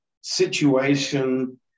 situation